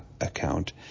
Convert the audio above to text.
account